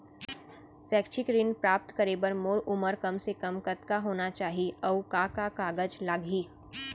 शैक्षिक ऋण प्राप्त करे बर मोर उमर कम से कम कतका होना चाहि, अऊ का का कागज लागही?